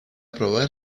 probar